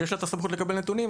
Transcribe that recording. שיש לה סמכות לקבל נתונים,